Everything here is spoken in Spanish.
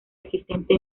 existente